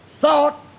thought